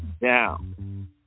down